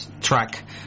track